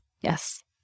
Yes